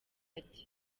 ati